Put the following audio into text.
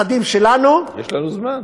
יש לנו זמן.